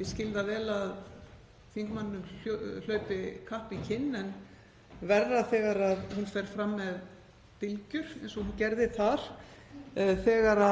Ég skil það vel að þingmanninum hlaupi kapp í kinn en verra er þegar hún fer fram með dylgjur, eins og hún gerði þar, þegar